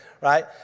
right